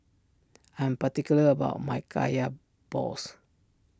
I am particular about my Kaya Balls